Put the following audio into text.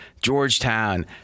Georgetown